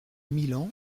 milan